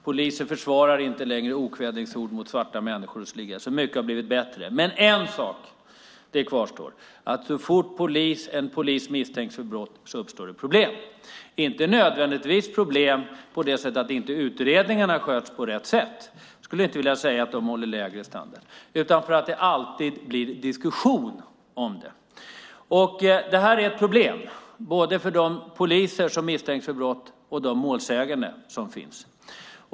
Polisen försvarar inte längre okvädningsord mot svarta människor och så vidare, så mycket har blivit bättre. Men en sak kvarstår: Så fort en polis misstänks för brott uppstår det problem, inte nödvändigtvis problem på det sättet att utredningarna inte sköts på rätt sätt - jag skulle inte vilja säga att de håller lägre standard - men det blir alltid diskussion om det. Det är ett problem både för de poliser som misstänks för brott och för målsäganden.